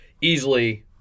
easily